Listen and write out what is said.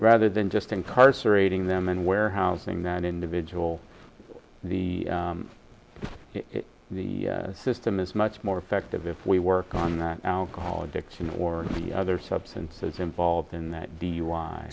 rather than just incarcerating them and warehousing that individual the the system is much more effective if we work on that alcohol addiction or other substances involved in that be why